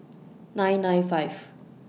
nine nine five